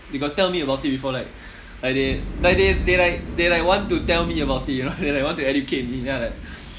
they got tell me about it before like like they like they they like they like want to tell me about it you know they like want to educate me then I'm like